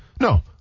no